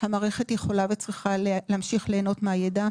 המערכת יכולה וצריכה להמשיך ליהנות מהידע,